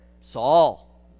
Saul